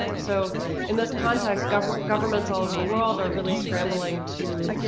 so in this context governments governments all over the world are really scrambling to